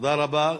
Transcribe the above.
תודה רבה.